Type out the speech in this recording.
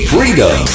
Freedom